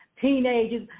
teenagers